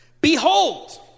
Behold